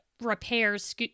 repairs